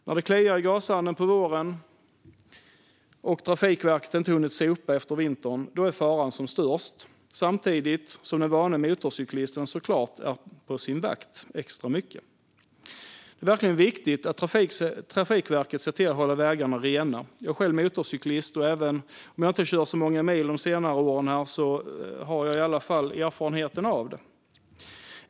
När det kliar i gashanden på våren och Trafikverket inte hunnit sopa efter vintern är faran som störst, samtidigt som den vane motorcyklisten såklart är extra mycket på sin vakt. Det är verkligen viktigt att Trafikverket ser till att hålla vägarna rena. Jag är själv motorcyklist, och även om jag inte kört så många mil de senaste åren har jag erfarenhet av detta.